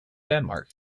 denmark